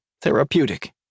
therapeutic